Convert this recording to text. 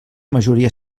majoria